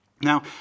Now